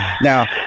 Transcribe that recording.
Now